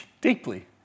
deeply